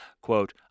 quote